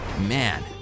Man